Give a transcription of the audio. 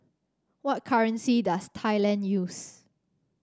what currency does Thailand use